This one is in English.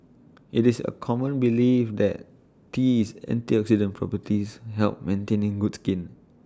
IT is A common belief that tea's antioxidant properties help maintaining good skin